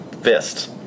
fist